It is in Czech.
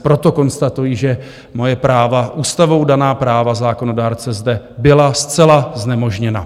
Proto konstatuji, že moje práva, ústavou daná práva zákonodárce, zde byla zcela znemožněna.